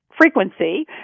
frequency